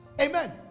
Amen